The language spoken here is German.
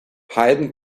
haydn